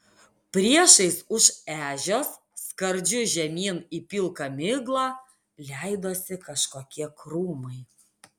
priešais už ežios skardžiu žemyn į pilką miglą leidosi kažkokie krūmai